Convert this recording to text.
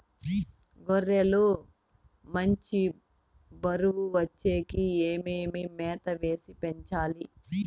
గొర్రె లు మంచి బరువు వచ్చేకి ఏమేమి మేత వేసి పెంచాలి?